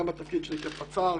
גם בתפקיד שלי כפצ"ר,